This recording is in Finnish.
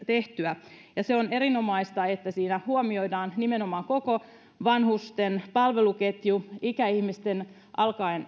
tehtyä ja on erinomaista että siinä huomioidaan nimenomaan koko vanhusten palveluketju alkaen